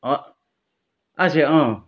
अच्छा अँ